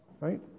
right